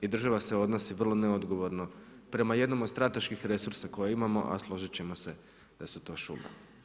I država se odnosi vrlo neodgovorno, prema jednom od strateških resursa koje imamo, a složiti ćemo se da su to šume.